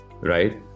right